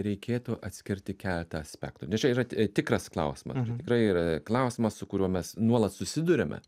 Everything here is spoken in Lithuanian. reikėtų atskirti keletą aspektų nes čia yra tikras klausimas čia tikrai yra klausimas su kuriuo mes nuolat susiduriame